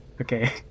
Okay